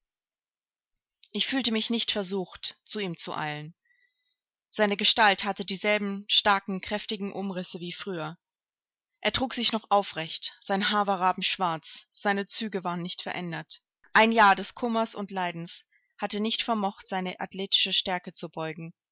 ich fühlte mich nicht versucht zu ihm zu eilen seine gestalt hatte dieselben starken kräftigen umrisse wie früher er trug sich noch aufrecht sein haar war rabenschwarz seine züge waren nicht verändert ein jahr des kummers und leidens hatte nicht vermocht seine athletische stärke zu beugen